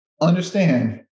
understand